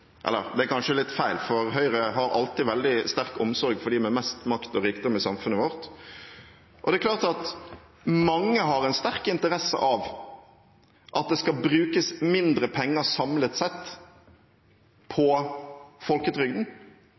eller det er kanskje litt feil, for Høyre har alltid hatt veldig stor omsorg for dem med mest makt og rikdom i samfunnet vårt. Det er klart at mange har en sterk interesse av at det skal brukes mindre penger samlet sett på folketrygden